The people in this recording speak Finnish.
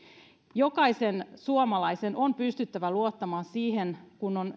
jokaisen suomalaisen on pystyttävä luottamaan siihen että kun on